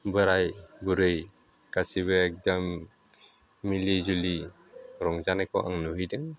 बोराय बुरै गासिबो एकद'म मिलि जुलि रंजानायखौ आं नुहैदों